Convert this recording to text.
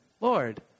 Lord